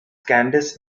candice